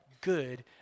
good